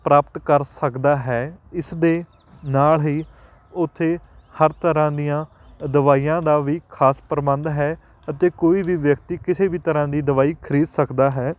ਪ੍ਰਾਪਤ ਕਰ ਸਕਦਾ ਹੈ ਇਸ ਦੇ ਨਾਲ ਹੀ ਉੱਥੇ ਹਰ ਤਰ੍ਹਾਂ ਦੀਆਂ ਦਵਾਈਆਂ ਦਾ ਵੀ ਖਾਸ ਪ੍ਰਬੰਧ ਹੈ ਅਤੇ ਕੋਈ ਵੀ ਵਿਅਕਤੀ ਕਿਸੇ ਵੀ ਤਰ੍ਹਾਂ ਦੀ ਦਵਾਈ ਖਰੀਦ ਸਕਦਾ ਹੈ